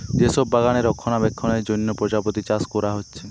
যে সব বাগানে রক্ষণাবেক্ষণের জন্যে প্রজাপতি চাষ কোরা হচ্ছে